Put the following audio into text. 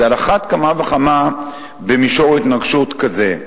אז על אחת כמה וכמה במישור התנגשות כזה.